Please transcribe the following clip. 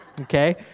okay